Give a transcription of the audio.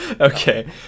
okay